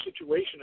situation